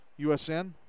USN